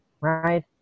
right